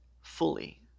fully